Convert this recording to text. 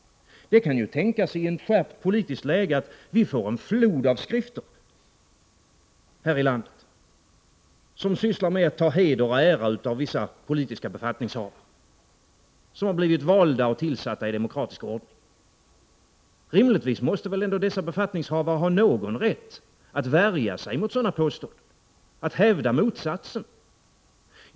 Det kan ju tänkas att vi i ett skärpt politiskt läge får en flod av skrifter här i landet som sysslar med att ta heder och ära av vissa politiska befattningshavare, som har blivit valda och tillsatta i demokratisk ordning. Rimligtvis måste väl dessa befattningshavare ha någon rätt att värja sig mot sådana påståenden och hävda motsatsen?